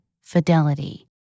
fidelity